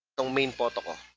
so main photo